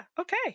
okay